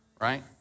right